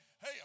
hey